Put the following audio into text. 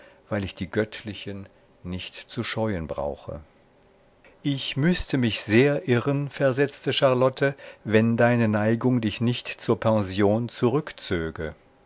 weil ich die göttlichen nicht zu scheuen brauche ich müßte mich sehr irren versetzte charlotte wenn deine neigung dich nicht zur pension zurückzöge